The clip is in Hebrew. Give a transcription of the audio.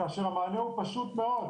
כאשר המענה הוא פשוט מאוד,